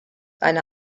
eine